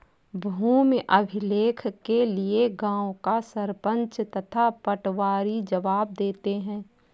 भूमि अभिलेख के लिए गांव का सरपंच तथा पटवारी जवाब देते हैं